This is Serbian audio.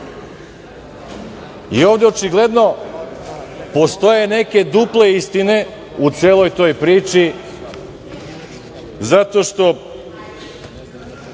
evra. Ovde očigledno postoje neke duple istine u celoj toj priči zato što